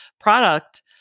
product